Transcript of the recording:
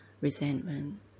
resentment